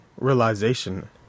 realization